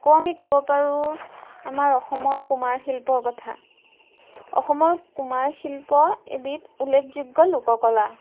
আকৌ আমি ক'ব পাৰোঁ আমাৰ অসমৰ কুমাৰ শিল্পৰ কথা অসমৰ কুমাৰ শিল্প এবিধ উল্লেখযোগ্য লোককলা